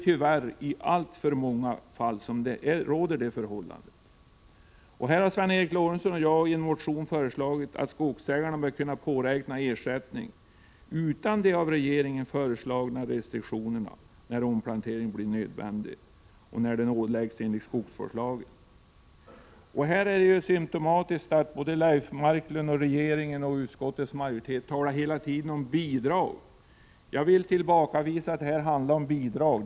Tyvärr råder detta förhållande i alltför många fall. Sven Eric Lorentzon och jag har i en motion föreslagit att skogsägare bör kunna påräkna ersättning utan de av regeringen föreslagna restriktionerna, när omplantering blir nödvändig och när den åläggs enligt skogsvårdslagen. Det är symtomatiskt att Leif Marklund, regeringen och utskottsmajoriteten hela tiden talar om bidrag. Jag vill tillbakavisa att detta handlar om bidrag.